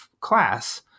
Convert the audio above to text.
class